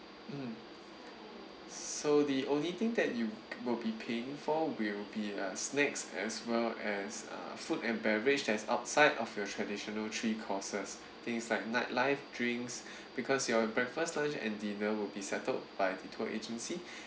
mm so the only thing that you will be paying for will be uh snacks as well as uh food and beverage that's outside of your traditional three courses things like night life drinks because your breakfast lunch and dinner will be settled by the tour agency